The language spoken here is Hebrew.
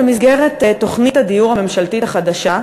במסגרת תוכנית הדיור הממשלתית החדשה,